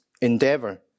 endeavor